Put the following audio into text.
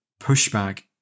pushback